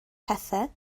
pethau